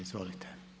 Izvolite.